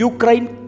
Ukraine